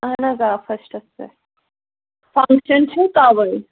اَہَن حظ آ فٔسٹَس پٮ۪ٹھ فَنکشَن چھےٚ تَوَے